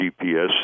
GPS